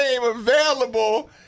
available